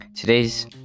Today's